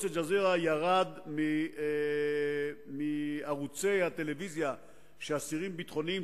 לא ענית על שאלת האסירים הביטחוניים.